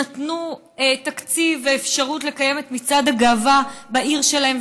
נתנו תקציב ואפשרות לקיים את מצעד הגאווה בעיר שלהן,